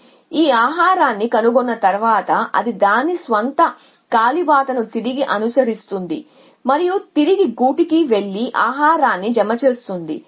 కాబట్టి ఈ ఆహారాన్ని కనుగొన్న తర్వాత అది దాని స్వంత కాలిబాటను తిరిగి అనుసరిస్తుంది మరియు తిరిగి గూటికి వెళ్లి ఆహారాన్ని జమ చేస్తుంది